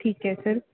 ਠੀਕ ਹੈ ਸਰ